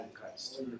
Christ